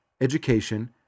education